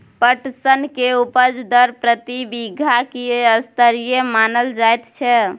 पटसन के उपज दर प्रति बीघा की स्तरीय मानल जायत छै?